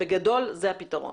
בגדול זה הפתרון.